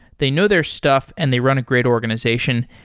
they know their stuff and they run a great organization.